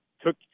took